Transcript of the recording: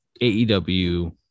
AEW